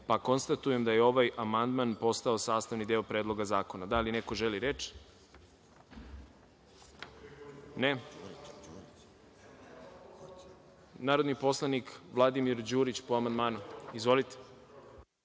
pa konstatujem da je ovaj amandman postao sastavni deo Predloga zakona. Da li neko želi reč? (Ne)Narodni poslanik Vladimir Đurić, po amandmanu. Izvolite.